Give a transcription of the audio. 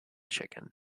chicken